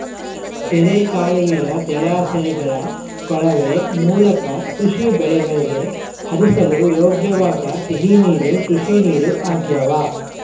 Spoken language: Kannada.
ಕೆರೆ ಕಾಲುವೆಯ ಜಲಾಶಯಗಳ ಕೊಳವೆ ಮೂಲಕ ಕೃಷಿ ಬೆಳೆಗಳಿಗೆ ಹರಿಸಲು ಯೋಗ್ಯವಾದ ಸಿಹಿ ನೀರು ಕೃಷಿನೀರು ಆಗ್ಯಾವ